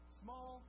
small